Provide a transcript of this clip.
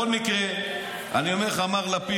בכל מקרה, אני אומר לך, מר לפיד,